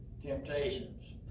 temptations